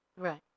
Right